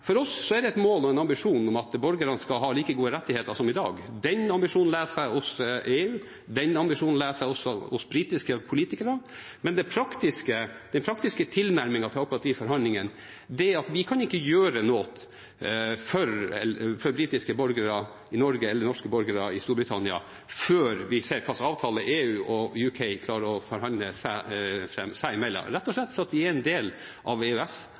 for oss et mål og en ambisjon at borgerne skal ha like gode rettigheter som i dag. Den ambisjonen leser jeg hos EU, den ambisjonen leser jeg også hos britiske politikere. Men den praktiske tilnærmingen til akkurat de forhandlingene er at vi kan ikke gjøre noe for britiske borgere i Norge eller norske borgere i Storbritannia før vi ser hva slags avtale EU og Storbritannia klarer å forhandle fram seg imellom, rett og slett fordi vi er en del av